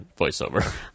voiceover